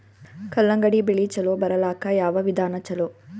ಕಲ್ಲಂಗಡಿ ಬೆಳಿ ಚಲೋ ಬರಲಾಕ ಯಾವ ವಿಧಾನ ಚಲೋ?